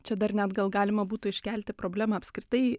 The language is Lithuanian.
čia dar net galima būtų iškelti problemą apskritai